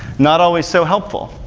not always so helpful,